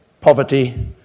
poverty